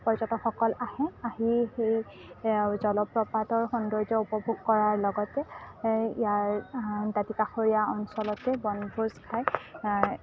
পৰ্যটকসকল আহে আহি সেই জলপ্ৰপাতৰ সৌন্দৰ্য উপভোগ কৰাৰ লগতে ইয়াৰ দাঁতিকাষৰীয়া অঞ্চলতে বনভোজ খাই